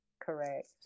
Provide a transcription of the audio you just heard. Correct